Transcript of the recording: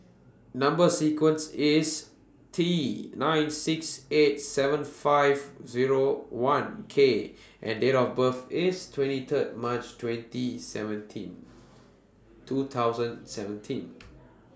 Number sequence IS T nine six eight seven five Zero one K and Date of birth IS twenty Third March twenty seventeen two thousand seventeen